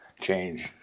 change